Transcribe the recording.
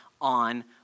on